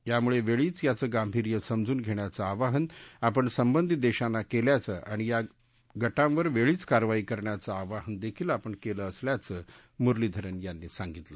त्यामुळे वेळीच याचं गांभीर्य समजून घेण्याचं आवाहन आपण संबंधित देशांना केल्याचं आणि या गटांवर वेळीच कारवाई करण्याचं आवाहन देखील आपण केलं असल्याचं मुरलीधरन यांनी सांगितलं